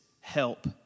help